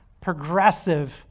progressive